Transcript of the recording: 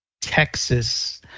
Texas –